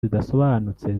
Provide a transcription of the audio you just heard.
zidasobanutse